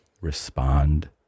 respond